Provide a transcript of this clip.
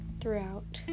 throughout